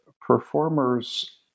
performers